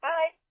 Bye